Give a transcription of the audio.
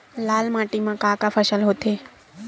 लाल माटी म का का फसल होथे?